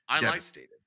devastated